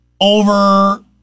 over